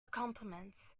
compliments